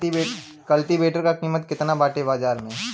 कल्टी वेटर क कीमत केतना बाटे बाजार में?